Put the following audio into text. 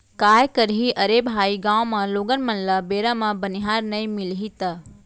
काय करही अरे भाई गॉंव म लोगन मन ल बेरा म बनिहार नइ मिलही त